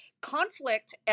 Conflict